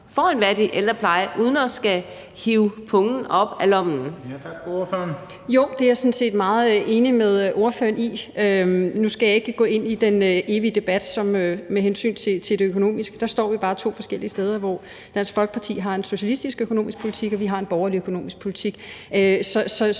Mette Thiesen (NB): Jo, det er jeg sådan set meget enig med ordføreren i. Nu skal jeg ikke gå ind i den evige debat med hensyn til det økonomiske spørgsmål. Der står vi bare to forskellige steder: Dansk Folkeparti har en socialistisk økonomisk politik, og vi har en borgerlig økonomisk politik.